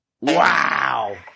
Wow